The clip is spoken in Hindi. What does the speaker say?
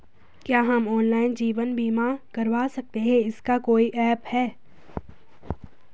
क्या हम ऑनलाइन जीवन बीमा करवा सकते हैं इसका कोई ऐप है?